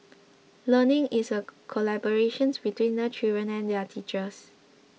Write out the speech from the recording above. learning is a collaborations between the children and their teachers